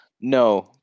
No